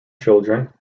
children